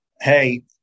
hey